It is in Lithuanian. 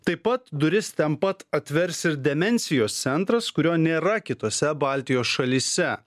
taip pat duris ten pat atvers ir demencijos centras kurio nėra kitose baltijos šalyse